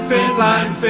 Finland